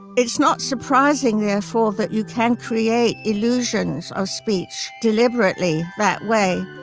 it's not surprising, therefore, that you can create illusions of speech deliberately that way.